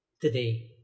today